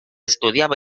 estudiava